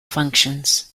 functions